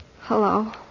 Hello